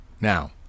Now